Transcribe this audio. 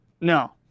No